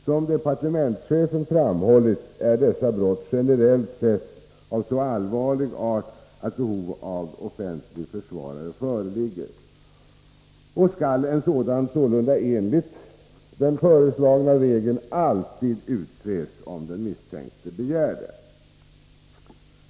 Som departementschefen framhållit, är dessa brott generellt sett av så allvarlig art att behov av offentlig försvarare föreligger, och en sådan skall sålunda enligt den föreslagna regeln alltid utses om den misstänkte begär det.